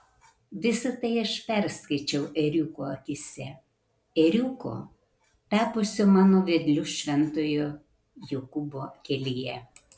visa tai aš perskaičiau ėriuko akyse ėriuko tapusio mano vedliu šventojo jokūbo kelyje